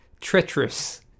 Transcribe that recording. treacherous